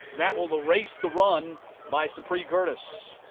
that will erase the run by sabree curtis.